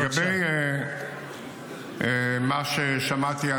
לגבי מה ששמעתי,